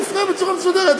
תפנה בצורה מסודרת.